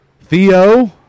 Theo